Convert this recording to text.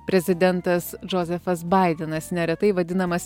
prezidentas džozefas baidenas neretai vadinamas